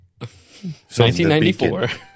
1994